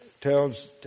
tells